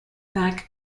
back